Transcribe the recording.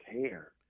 care